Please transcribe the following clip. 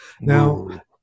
Now